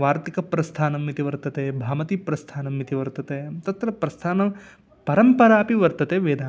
वार्तिकप्रस्थानम् इति वर्तते भामतिप्रस्थानम् इति वर्तते तत्र प्रस्थानपरम्परापि वर्तते वेदान्ते